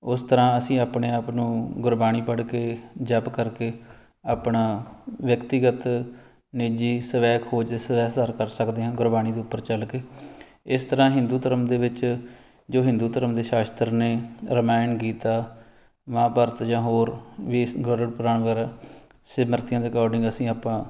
ਉਸ ਤਰ੍ਹਾਂ ਅਸੀਂ ਆਪਣੇ ਆਪ ਨੂੰ ਗੁਰਬਾਣੀ ਪੜ੍ਹ ਕੇ ਜਪ ਕਰਕੇ ਆਪਣਾ ਵਿਅਕਤੀਗਤ ਨਿੱਜੀ ਸਵੈ ਖੋਜੀ ਸਵੈ ਸਰ ਕਰ ਸਕਦੇ ਹਾਂ ਗੁਰਬਾਣੀ ਦੇ ਉੱਪਰ ਚੱਲ ਕੇ ਇਸ ਤਰ੍ਹਾਂ ਹਿੰਦੂ ਧਰਮ ਦੇ ਵਿੱਚ ਜੋ ਹਿੰਦੂ ਧਰਮ ਦੇ ਸ਼ਾਸਤਰ ਨੇ ਰਮਾਇਣ ਗੀਤਾ ਮਹਾਭਾਰਤ ਜਾਂ ਹੋਰ ਵੀ ਗਰੁੜ ਪੁਰਾਣ ਵਗੈਰਾ ਸਿਮਰਤੀਆਂ ਦੇ ਅਕੋਡਿੰਗ ਅਸੀਂ ਆਪਾਂ